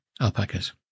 alpacas